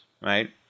Right